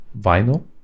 vinyl